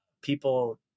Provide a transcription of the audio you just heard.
people